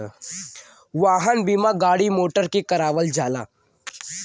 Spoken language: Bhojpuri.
वाहन बीमा गाड़ी मोटर के करावल जाला